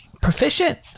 proficient